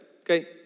okay